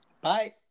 Bye